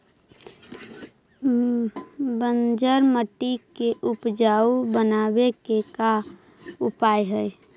बंजर मट्टी के उपजाऊ बनाबे के का उपाय है?